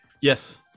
Yes